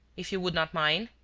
if you would not mind.